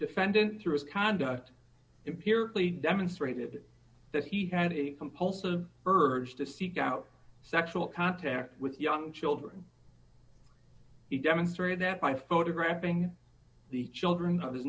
defendant through his conduct empirically demonstrated that he had a compulsive urge to seek out sexual contact with young children he demonstrated that by photographing the children of his